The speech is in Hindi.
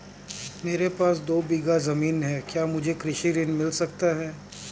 मेरे पास दो बीघा ज़मीन है क्या मुझे कृषि ऋण मिल सकता है?